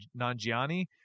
Nanjiani